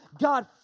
God